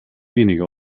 weniger